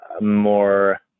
more